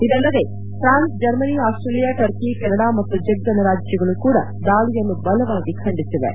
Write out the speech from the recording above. ಇದಲ್ಲದೇ ಫ್ರಾನ್ಸೆ Germany Australia Turkey Canada ಮತ್ತು ಜೆಕ್ ಗಣರಾಜ್ಜಗಳು ಕೂಡ ದಾಳಿಯನ್ನು ಬಲವಾಗಿ ಖಂಡಿಸಿವೆ